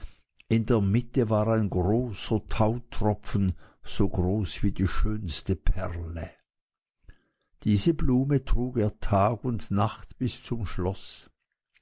in der mitte war ein großer tautropfe so groß wie die schönste perle diese blume trug er tag und nacht bis zum schloß